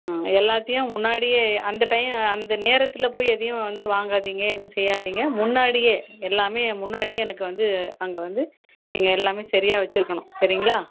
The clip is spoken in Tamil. ம் எல்லாத்தையும் முன்னாடியே அந்த டைம் அந்த நேரத்தில் போய் எதையும் வந்து வாங்காதீங்க எதுவும் செய்யாதீங்க முன்னாடியே எல்லாமே முன்னாடியே எனக்கு வந்து அங்கே வந்து நீங்கள் எல்லாமே சரியா வச்சுருக்கணும் சரிங்களா